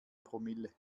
promille